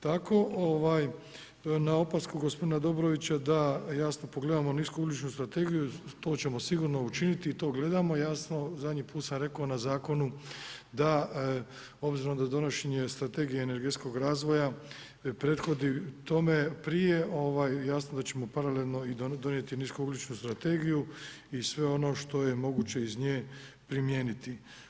Tako na opasnu gospodina Dobrovića da jasno pogledamo niskougljičnu strategiju, to ćemo sigurno učiniti i to gledamo jasno, zadnji put sam rekao na zakonu da obzirom da donošenje Strategije energetskog razvoja prethodi tome prije, jasno da ćemo paralelno i donijeti niskougljičnu strategiju i sve ono što je moguće iz nje primijeniti.